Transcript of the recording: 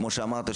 כמו שאמרת,